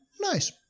Nice